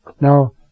Now